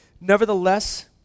Nevertheless